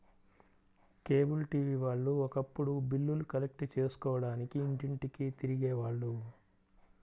cable TV వాళ్ళు ఒకప్పుడు బిల్లులు కలెక్ట్ చేసుకోడానికి ఇంటింటికీ తిరిగే వాళ్ళు